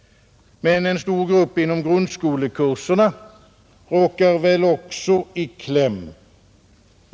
Men en stor grupp inom grundskolekurserna råkar väl också i kläm.